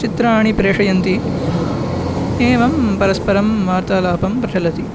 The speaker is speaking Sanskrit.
चित्राणि प्रेषयन्ति एवं परस्परं वार्तालापं प्रचलति